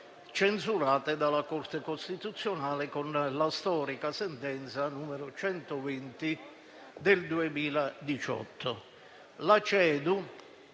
censurate dalla Corte costituzionale con la storica sentenza n. 120 del 2018.